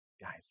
guys